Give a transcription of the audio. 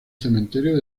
cementerio